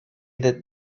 that